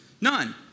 None